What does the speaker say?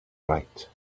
right